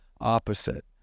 opposite